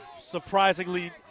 Surprisingly